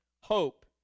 hope